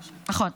נכון.